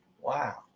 Wow